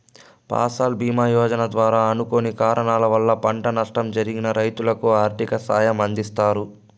ఫసల్ భీమ యోజన ద్వారా అనుకోని కారణాల వల్ల పంట నష్టం జరిగిన రైతులకు ఆర్థిక సాయం అందిస్తారు